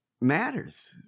matters